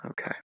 Okay